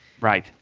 Right